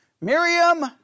Miriam